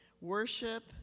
worship